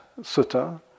Sutta